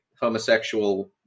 homosexual